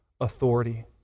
authority